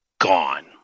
gone